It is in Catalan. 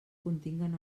continguen